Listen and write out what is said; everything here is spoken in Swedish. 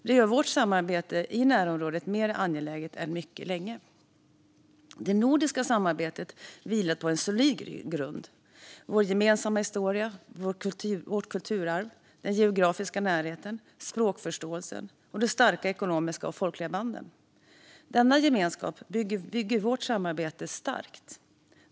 Det gör vårt samarbete i närområdet mer angeläget än på mycket länge. Det nordiska samarbetet vilar på en solid grund med vår gemensamma historia, vårt kulturarv, den geografiska närheten, språkförståelsen och de starka ekonomiska och folkliga banden. Denna gemenskap bygger vårt samarbete starkt.